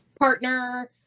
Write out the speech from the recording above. partner